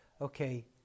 Okay